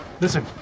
Listen